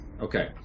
Okay